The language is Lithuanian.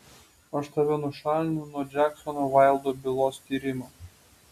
aš tave nušalinu nuo džeksono vaildo bylos tyrimo